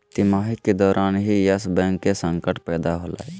तिमाही के दौरान ही यस बैंक के संकट पैदा होलय